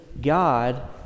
God